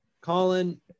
Colin